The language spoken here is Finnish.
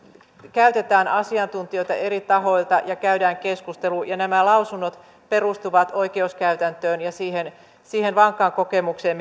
käytetään asiantuntijoita eri tahoilta ja käydään keskustelua ja nämä lausunnot perustuvat oikeuskäytäntöön ja siihen siihen vankkaan kokemukseen